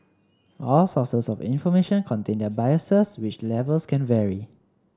all sources of information contain their biases which levels can vary